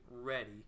ready